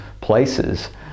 places